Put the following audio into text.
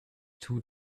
two